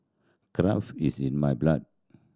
craft is in my blood